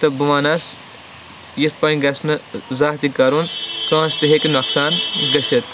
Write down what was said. تہٕ بہٕ وَنَس یِتھ پٲٹھۍ گژھِ نہٕ زانہہ تہِ کَرُن کٲنسہِ تہِ ہٮ۪کہِ نۄقصان گژھِتھ